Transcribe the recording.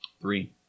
Three